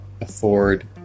afford